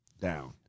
down